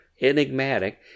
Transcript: enigmatic